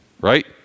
right